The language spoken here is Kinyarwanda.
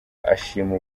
ashima